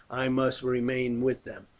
i must remain with them.